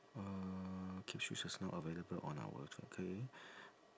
uh captions is not available on our okay